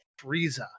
Frieza